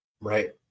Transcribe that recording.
right